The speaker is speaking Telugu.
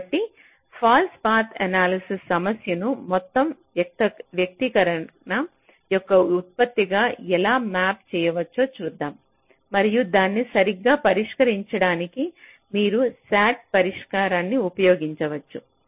కాబట్టి ఫాల్స్ పాత్ ఎనాలసిస్ సమస్యను మొత్తం వ్యక్తీకరణ యొక్క ఉత్పత్తిగా ఎలా మ్యాప్ చేయవచ్చో చూద్దాం మరియు దాన్ని సరిగ్గా పరిష్కరించడానికి మీరు SAT పరిష్కారిని ఉపయోగించవచ్చు